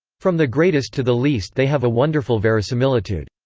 from the greatest to the least they have a wonderful verisimilitude.